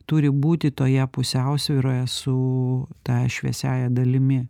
turi būti toje pusiausvyroje su ta šviesiąja dalimi